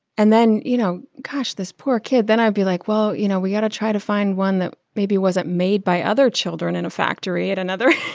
and then you know, gosh, this poor kid. then i'd be like, well, you know, we got to try to find one that maybe wasn't made by other children in a factory at another